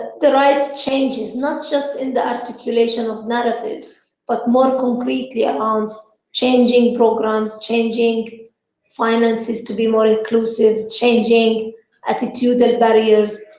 the right changes, not just in the articulation of narratives but more concretely around changing programmes, changing finances to be more inclusive, changing attitude natural barriers,